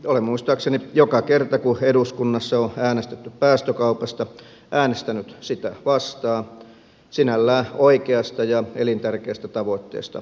olen muistaakseni joka kerta kun eduskunnassa on äänestetty päästökaupasta äänestänyt sitä vastaan sinällään oikeasta ja elintärkeästä tavoitteesta huolimatta